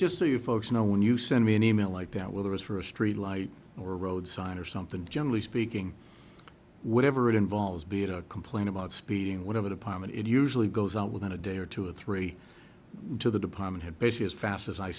so you folks know when you send me an e mail like that whether it's for a street light or a road sign or something generally speaking whatever it involves be it a complaint about speeding whatever department it usually goes out within a day or two or three to the department head basically as fast as i